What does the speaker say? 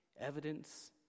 evidence